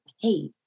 Hey